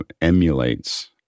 emulates